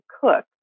cook